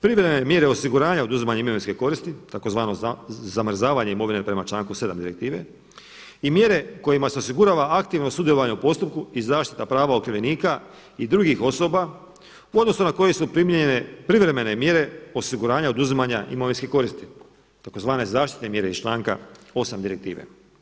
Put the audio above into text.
Privremene mjere osiguranja oduzimanje imovinske koristi tzv. zamrzavanje imovine prema članku 7. direktive i mjere kojima se osigurava aktivno sudjelovanje u postupku i zaštita prava okrivljenika i drugih osoba u odnosu na koji su primijenjene privremene mjere osiguranja oduzimanja imovinske koristi tzv. zaštitne mjere iz članka 8. direktive.